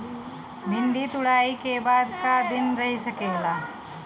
भिन्डी तुड़ायी के बाद क दिन रही सकेला?